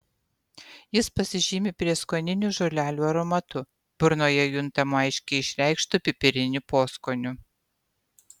jis pasižymi prieskoninių žolelių aromatu burnoje juntamu aiškiai išreikštu pipiriniu poskoniu